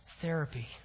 therapy